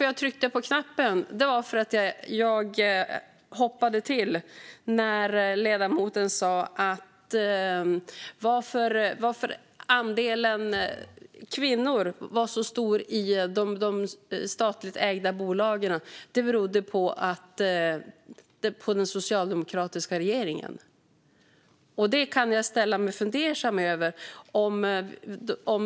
Jag tryckte på knappen eftersom jag hoppade till när ledamoten sa att det berodde på den socialdemokratiska regeringen att andelen kvinnor är stor i de statligt ägda bolagen. Det kan jag ställa mig fundersam inför.